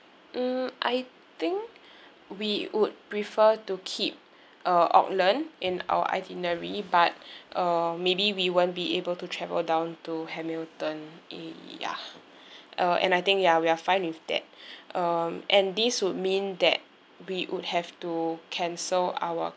mm I think we would prefer to keep uh auckland in our itinerary but uh maybe we won't be able to travel down to hamilton ya uh and I think ya we are fine with that um and this would mean that we would have to cancel our